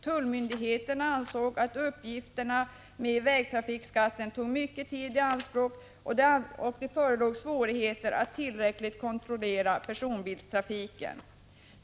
Tullmyndigheterna ansåg att uppgifterna med vägtrafikskatten tog mycket tid i anspråk och att det förelåg svårigheter att tillräckligt kontrollera personbilstrafiken.